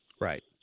Right